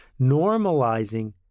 Normalizing